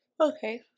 okay